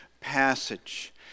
passage